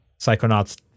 psychonauts